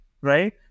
right